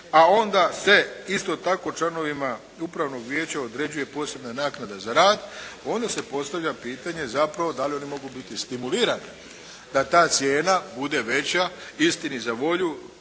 A onda se isto tako članovima upravnog vijeća određuje posebna naknada za rad, onda se postavlja pitanje zapravo da li oni mogu biti stimulirani da ta cijena bude veća? Istini za volju